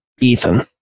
Ethan